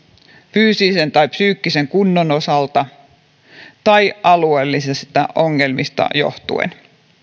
fyysisen tai psyykkisen kunnon osalta tai alueellisista ongelmista johtuen